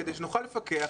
כדי שנוכל לפקח,